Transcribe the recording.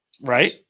Right